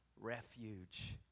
refuge